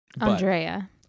Andrea